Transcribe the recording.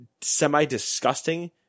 semi-disgusting